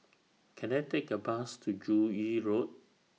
Can I Take A Bus to Joo Yee Road